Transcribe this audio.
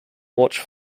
watch